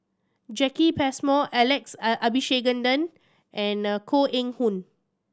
Jacki Passmore Alex Abisheganaden and Koh Eng Hoon